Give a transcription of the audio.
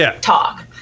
talk